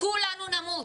כולנו נמות.